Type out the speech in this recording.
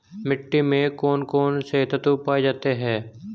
मिट्टी में कौन कौन से तत्व पाए जाते हैं?